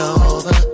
over